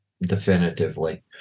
definitively